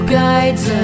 guides